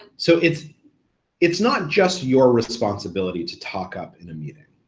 so it's it's not just your responsibility to talk up in a meeting.